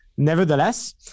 Nevertheless